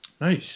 Nice